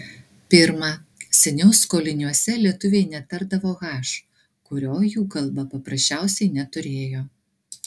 pirma seniau skoliniuose lietuviai netardavo h kurio jų kalba paprasčiausiai neturėjo